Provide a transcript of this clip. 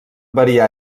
variar